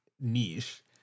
niche